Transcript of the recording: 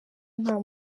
nta